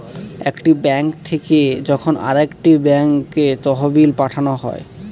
একটি ব্যাঙ্ক থেকে যখন আরেকটি ব্যাঙ্কে তহবিল পাঠানো হয়